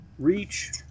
Reach